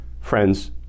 Friends